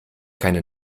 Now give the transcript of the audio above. keine